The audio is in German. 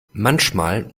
manchmal